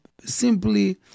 simply